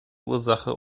ursache